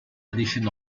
edition